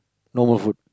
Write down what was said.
no more food